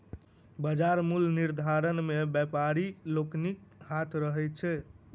बाजार मूल्य निर्धारण मे व्यापारी लोकनिक हाथ रहैत छै